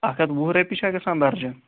اَکھ ہَتھ وُہ رۄپیہِ چھےٚ گژھان دَرجَن